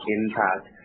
impact